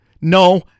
No